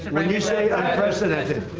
and when you say unprecedented